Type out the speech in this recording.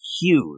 huge